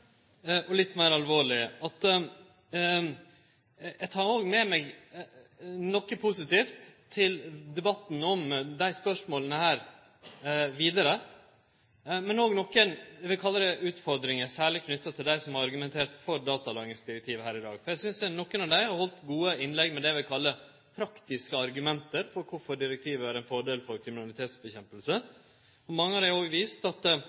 og litt meir alvorlege er at eg tek òg med meg noko positivt frå debatten om desse spørsmåla vidare, men òg nokre – eg vil kalle det – utfordringar, særleg knytte til dei som har argumentert for datalagringsdirektivet her i dag. Eg synest at nokre av dei har halde gode innlegg, med det eg vil kalle praktiske argument for korfor direktivet er ein fordel for kampen mot kriminalitet. Mange har òg vist at